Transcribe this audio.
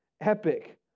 epic